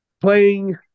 Playing